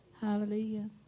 Hallelujah